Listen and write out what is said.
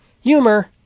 humor